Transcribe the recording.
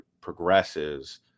progresses